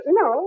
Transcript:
no